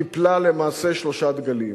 קיפלה למעשה שלושה דגלים: